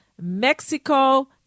Mexico